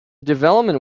development